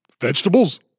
vegetables